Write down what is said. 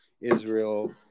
Israel